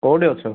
କେଉଁଠି ଅଛ